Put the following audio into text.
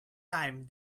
time